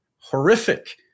horrific